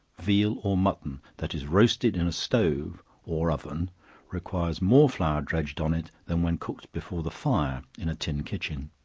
veal, or mutton, that is roasted in a stove or oven requires more flour dredged on it than when cooked before the fire in a tin kitchen.